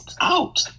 Out